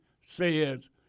says